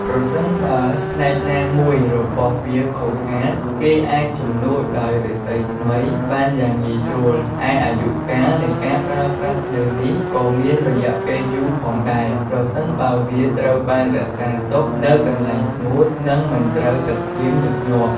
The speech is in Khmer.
ប្រសិនបើ ផ្នែកណាមួយរបស់វាខូចខាត គេអាចជំនួសដោយឬស្សីថ្មីបានយ៉ាងងាយស្រួល ឯអាយុកាលនៃការប្រើប្រាស់ធ្នើរនេះក៏មានរយៈពេលយូរផងដែរ ប្រសិនបើវាត្រូវបានរក្សាទុកនៅកន្លែងស្ងួត និងមិនត្រូវទឹកភ្លៀងញឹកញាប់។